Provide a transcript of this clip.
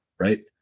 Right